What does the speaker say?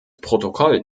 protokoll